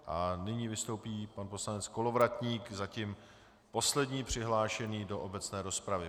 A nyní vystoupí pan poslanec Kolovratník, zatím poslední přihlášený do obecné rozpravy.